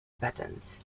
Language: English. patterns